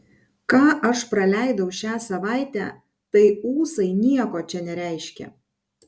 ką aš praleidau šią savaitę tai ūsai nieko čia nereiškia